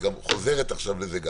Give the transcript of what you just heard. היא גם חוזרת לזה עכשיו.